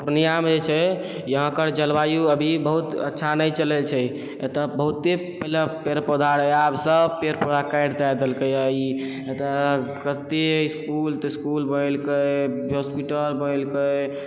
पूर्णियामे जे छै यहाँकर जलवायु अभी बहुत अच्छा नहि चलै छै एतऽ बहुते पहिले पेड़ पौधा रहै आब सब पेड़ पौधा काटि दए देलकैए एतऽ कते इसकुल तिस्कूल बनेलकै हॉस्पिटल बनेलकै